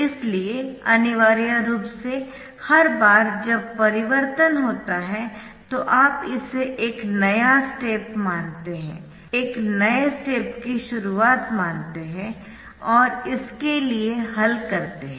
इसलिए अनिवार्य रूप से हर बार जब परिवर्तन होता है तो आप इसे एक नया स्टेप मानते है एक नए स्टेप की शुरुआत मानते हैऔर इसके लिए हल करते है